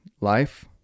life